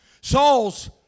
Saul's